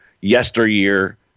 yesteryear